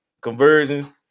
conversions